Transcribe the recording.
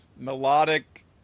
melodic